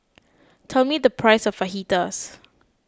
tell me the price of Fajitas